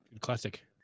Classic